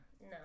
no